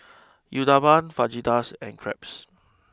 Uthapam Fajitas and Crepes